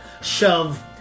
Shove